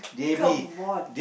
come on